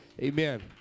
amen